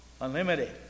unlimited